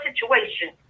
situation